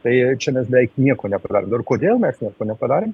tai čia mes beveik nieko nepadarėm dar kodėl mes nieko nepadarėm